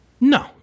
No